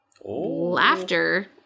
Laughter